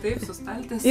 taip su staltiese